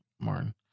Martin